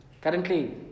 Currently